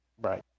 Right